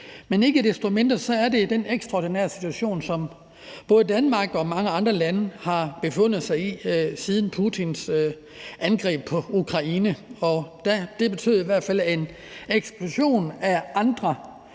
Men ikke desto mindre er det den ekstraordinære situation, som både Danmark og mange andre lande har befundet sig i siden Putins angreb på Ukraine. Det betød i hvert fald en eksplosion af andre